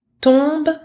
tombe